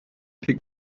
pick